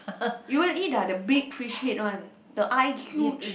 you want to eat ah the big fish head one the eye huge